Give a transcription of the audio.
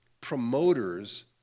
promoters